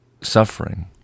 suffering